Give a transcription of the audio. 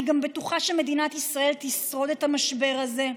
אני גם בטוחה שמדינת ישראל תשרוד את המשבר הזה.